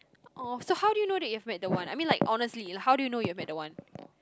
oh so how do you know that you've met the one I mean like honestly how do you know you've met the one